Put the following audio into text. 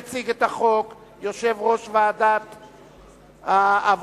יציג את החוק יושב-ראש ועדת העבודה,